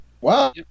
Wow